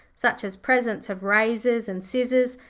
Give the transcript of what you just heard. such as presents of razors, and scissors,